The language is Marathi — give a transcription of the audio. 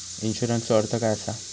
इन्शुरन्सचो अर्थ काय असा?